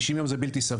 90 יום זה בלי סביר.